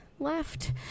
left